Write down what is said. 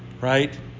Right